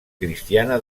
cristiana